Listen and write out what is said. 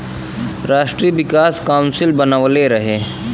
राष्ट्रीय विकास काउंसिल बनवले रहे